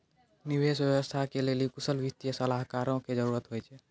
निवेश व्यवस्था के लेली कुशल वित्तीय सलाहकारो के जरुरत होय छै